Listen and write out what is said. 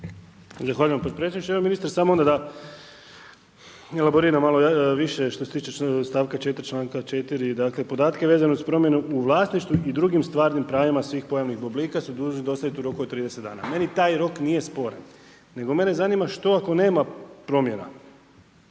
Zahvaljujem potpredsjedniče. Ministre samo da elaboriram malo više što se tiče stavka 4. članka 4. dakle, podatke vezano uz promjenu u vlasništvu i drugim stvarnim pravima svihj pojavnih oblika su dužni dostaviti u roku od 30 dana. Meni taj rok nije sporan, nego mene zanima što ako nema promjera,